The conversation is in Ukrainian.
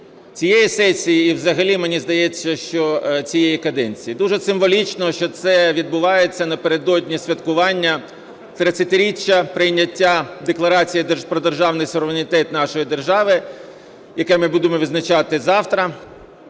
цієї сесії, і взагалі, мені здається, що цієї каденції. Дуже символічно, що це відбувається напередодні святкування 30-річчя прийняття Декларації про державний суверенітет нашої держави, яке ми будемо відзначати завтра.